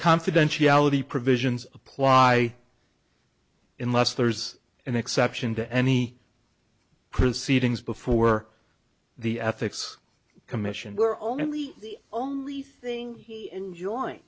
confidentiality provisions apply in must there's an exception to any prince seedings before the ethics commission were only the only thing he enjoy